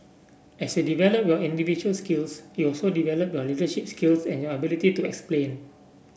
as you develop your individual skills you also develop your leadership skills and your ability to explain